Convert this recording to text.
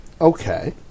Okay